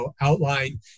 outline